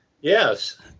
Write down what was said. Yes